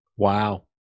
Wow